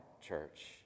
church